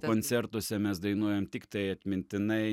koncertuose mes dainuojam tiktai atmintinai